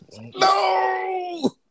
No